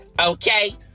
okay